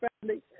family